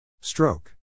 Stroke